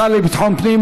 השר לביטחון פנים,